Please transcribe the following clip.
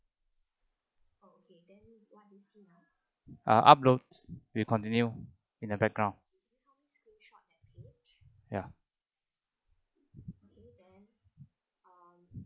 ah upload we continue in the background ya